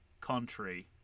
contrary